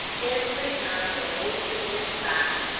every time the horses went by,